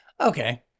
Okay